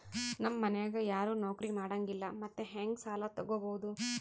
ನಮ್ ಮನ್ಯಾಗ ಯಾರೂ ನೌಕ್ರಿ ಮಾಡಂಗಿಲ್ಲ್ರಿ ಮತ್ತೆಹೆಂಗ ಸಾಲಾ ತೊಗೊಬೌದು?